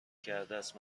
کردست